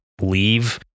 leave